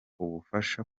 ubufasha